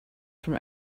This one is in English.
from